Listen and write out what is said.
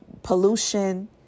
Pollution